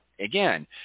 again